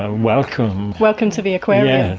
ah welcome! welcome to the aquarium!